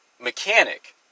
mechanic